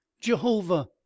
Jehovah